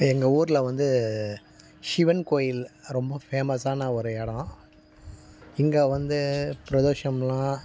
எங்கள் ஊரில் வந்து ஷிவன் கோயில் ரொம்ப ஃபேமஸான ஒரு எடம் இங்கே வந்து பிரதோஷம்லாம்